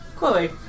Chloe